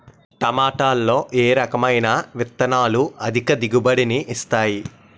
టమాటాలో ఏ రకమైన విత్తనాలు అధిక దిగుబడిని ఇస్తాయి